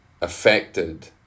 affected